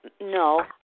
No